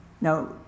now